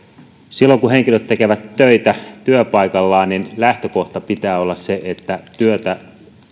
silloin kun henkilöt tekevät töitä työpaikallaan lähtökohdan pitää olla se että työtä